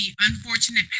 unfortunate